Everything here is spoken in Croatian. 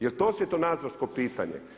Jel' to svjetonadzorsko pitanje?